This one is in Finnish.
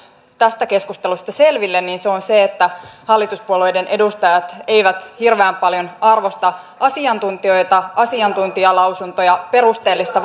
tästä keskustelusta selville niin se on se että hallituspuolueiden edustajat eivät hirveän paljon arvosta asiantuntijoita asiantuntijalausuntoja perusteellista